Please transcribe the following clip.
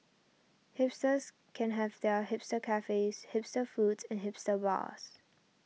hipsters can have their hipster cafes hipster foods and hipster bars